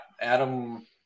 Adam